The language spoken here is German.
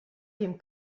dem